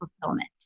fulfillment